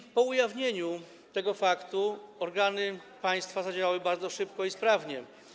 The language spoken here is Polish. I po ujawnieniu tego faktu organy państwa zadziałały bardzo szybko i sprawnie.